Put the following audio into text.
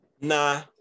Nah